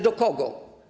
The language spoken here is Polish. Do kogo?